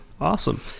Awesome